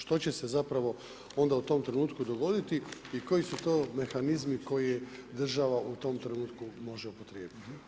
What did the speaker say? Što će se zapravo u ond au tom trentuku dogoditi i koji su to mehanizmi koje država u tom trentuku može upotreijebiti.